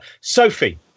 Sophie